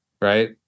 Right